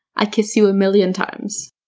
i kiss you a million times.